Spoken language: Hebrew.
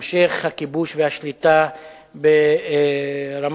המשך הכיבוש והשליטה ברמת-הגולן,